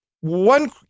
One